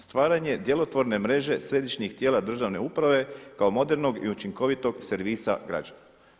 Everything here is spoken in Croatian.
Stvaranje djelotvorne mreže središnjih tijela državne uprave kao modernog i učinkovitog servisa građana.